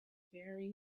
very